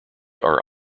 are